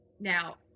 Now